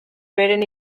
beren